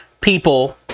people